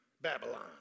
Babylon